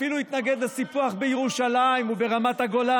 אפילו התנגד לסיפוח בירושלים וברמת הגולן.